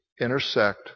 intersect